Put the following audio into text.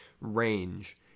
range